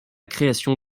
création